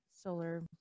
solar